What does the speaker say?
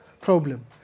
problem